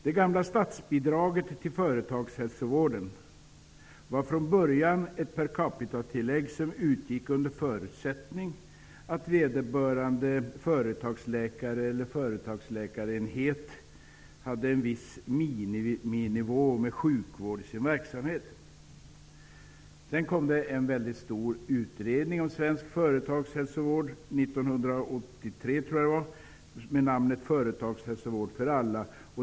Det gamla statsbidraget till företagshälsovården var från början ett per capitatillägg ,som utgick under förutsättning att vederbörande företagsläkare eller företagsläkarenhet hade en viss miniminivå med sjukvård i sin verksamhet. Sedan kom 1983 en stor utredning om svensk företagshälsovård, med namnet Företagshälsovård för alla.